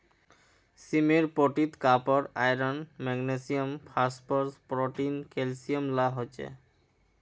सीमेर पोटीत copper, iron, magnesium, phosphorus, protein, calcium ला हो छे